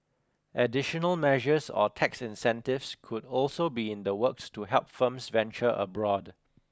additional measures or tax incentives could also be in the works to help firms venture abroad